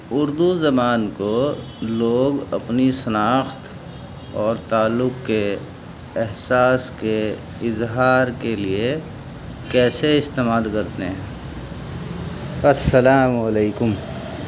اردو زبان کو لوگ اپنی شناخت اور تعلق کے احساس کے اظہار کے لیے کیسے استعمال کرتے ہیں السلام علیکم